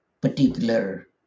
particular